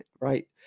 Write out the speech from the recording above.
right